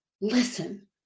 Listen